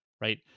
right